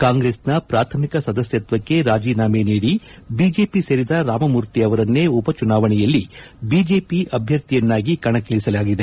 ಕಾಂಗ್ರೆಸ್ನ ಪ್ರಾಥಮಿಕ ಸದಸ್ತ್ವಕ್ಷೆ ರಾಜೀನಾಮೆ ನೀಡಿ ಬಿಜೆಪಿ ಸೇರಿದ ರಾಮಮೂರ್ತಿ ಅವರನ್ನೇ ಉಪಚುನಾವಣೆಯಲ್ಲಿ ಬಿಜೆಪಿ ಅಭ್ಯರ್ಥಿಯನ್ನಾಗಿ ಕಣಕ್ಕಿಳಿಸಲಾಗಿದೆ